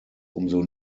umso